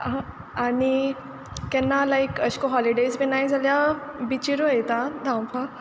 आनी केन्ना लायक एशे को हॉलीडेज बी आहाय जाल्या बिचीरू वयता धांवपाक